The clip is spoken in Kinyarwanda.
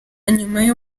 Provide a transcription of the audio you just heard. nyuma